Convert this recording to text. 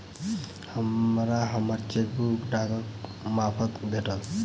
हमरा हम्मर चेकबुक डाकक मार्फत भेटल